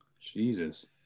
Jesus